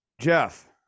Jeff